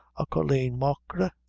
a colleen machree,